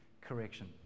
correction